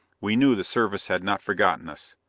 we knew the service had not forgotten us.